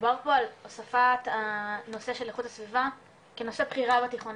מדובר פה על הוספת הנושא של איכות הסביבה כנושא בחירה בתיכונים